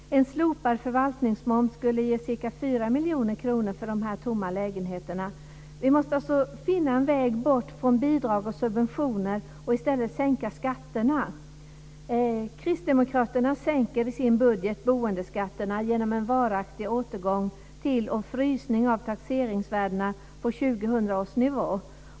En slopad förvaltningsmoms för dessa tomma lägenheter skulle ge ca 4 miljoner kronor. Vi måste finna en väg bort från bidrag och subventioner och i stället sänka skatterna. I sin budget sänker Kristdemokraterna boendeskatterna genom en återgång till och en frysning av taxeringsvärdena på 2000 års nivå.